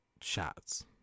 shots